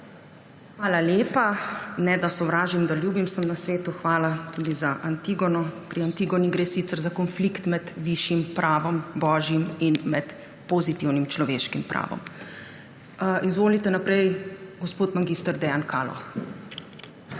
Hvala lepa. »Ne da sovražim, da ljubim sem na svetu.« Hvala tudi za Antigono. Pri Antigoni gre sicer za konflikt med višjim prav, božjim, in med pozitivnim človeškim prav. Izvolite naprej, gospod mag. Dejan Kaloh.